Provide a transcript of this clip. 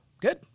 good